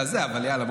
אבל יאללה,